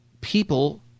people